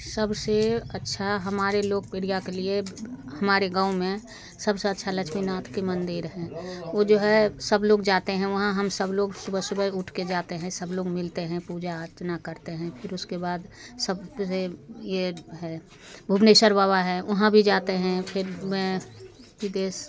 सबसे अच्छा हमारे लोकप्रिय के लिए हमारे गाँव में सबसे अच्छा लक्ष्मीनाथ के मंदिर हैं वह जो है सब लोग जाते हैं वहाँ हम सब लोग सुबह सुबह उठ कर जाते हैं सब लोग मिलते हैं पूजा अर्चना करते हैं फिर उसके बाद सबसे यह है भुवनेश्वर बाबा है वहाँ भी जाते हैं फिर मैं विदेश